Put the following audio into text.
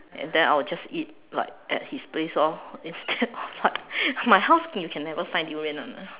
and then I will just eat like at his place lor instead of what my house you can never find durian [one] ah